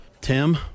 Tim